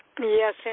Yes